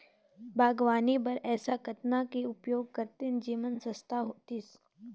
बागवानी बर ऐसा कतना के उपयोग करतेन जेमन सस्ता होतीस?